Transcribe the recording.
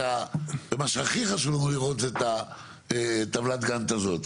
מה שהכי חשוב לנו לראות היום בדיון זה את טבלת הגאנט הזאת.